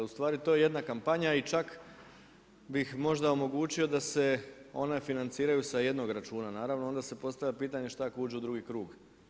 Ustvari, to jedna kampanja i čak bih možda omogućio da se one financiraju sa jednog računa naravno, onda se postavlja pitanje šta ako uđe u drugi krug?